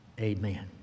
Amen